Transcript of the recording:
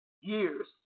years